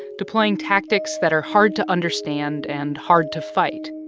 deploying tactics that are hard to understand and hard to fight.